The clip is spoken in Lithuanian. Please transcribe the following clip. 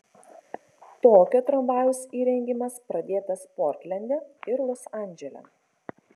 tokio tramvajaus įrengimas pradėtas portlende ir los andžele